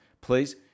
Please